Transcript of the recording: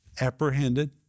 apprehended